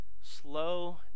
Slow